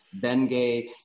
Bengay